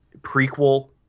prequel